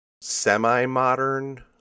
semi-modern